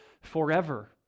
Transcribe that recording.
forever